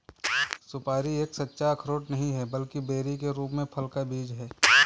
सुपारी एक सच्चा अखरोट नहीं है, बल्कि बेरी के रूप में फल का बीज है